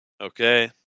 okay